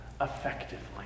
effectively